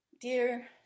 Dear